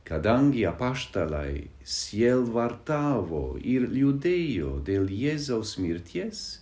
kadangi apaštalai sielvartavo ir liūdėjo dėl jėzaus mirties